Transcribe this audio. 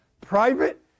private